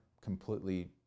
completely